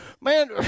Man